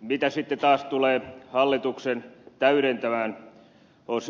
mitä taas tulee hallituksen täydentävään